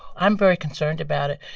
i'm very concerned about it.